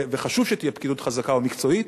וחשוב שתהיה פקידות חזקה ומקצועית,